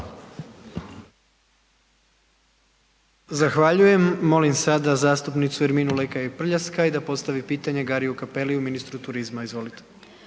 (HDZ)** Molim sada zastupnicu Erminu Lekaj Prljaskaj da postavi pitanje Gariu Cappelliu ministru turizma. Izvolite.